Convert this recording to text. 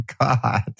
God